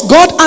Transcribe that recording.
God